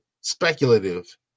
speculative